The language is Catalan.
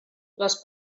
les